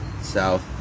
South